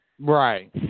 Right